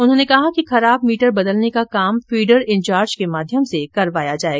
उन्होंने कहा कि खराब मीटर बदलने का कार्य फीडर इंचार्ज के माध्यम से करवाया जाए